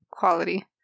quality